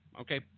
okay